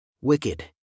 Wicked